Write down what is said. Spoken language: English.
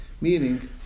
meaning